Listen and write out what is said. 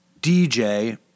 DJ